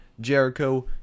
jericho